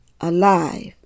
alive